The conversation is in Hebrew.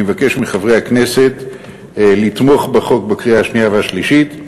אני מבקש מחברי הכנסת לתמוך בהצעת החוק בקריאה השנייה והשלישית.